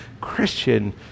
Christian